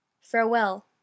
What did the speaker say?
farewell